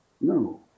No